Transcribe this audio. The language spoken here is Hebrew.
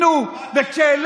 אנחנו הגשנו הצעת חוק.